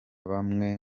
bamwe